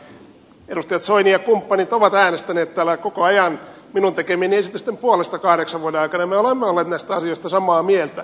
edustaja soini ja kumppanit ovat äänestäneet täällä koko ajan minun tekemieni esitysten puolesta kahdeksan vuoden aikana ja me olemme olleet näistä asioista samaa mieltä